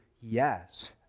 yes